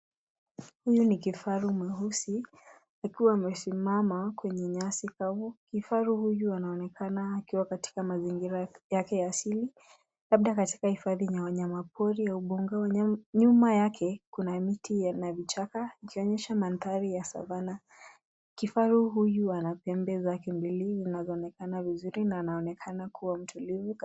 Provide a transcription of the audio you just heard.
Huyu ni kifaru mweusi akiwa amesimama kwenye nyasi kavu. Kifaru huyu anaonekana akiwa katika mazingira yake ya asili labda katika hifadhi ya wanyama pori au mbuga ya wanyama. Nyuma yake kuna miti na vichaka ikionyesha mandhari ya savannah . Kifaru huyu ana pembe zake mbili zinazoonekana vizuri na anaonekana kuwa mtulivu.